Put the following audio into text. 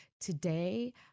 today